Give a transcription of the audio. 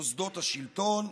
מוסדות השלטון,